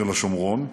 של השומרון,